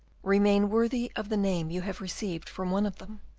remain worthy of the name you have received from one of them,